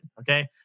okay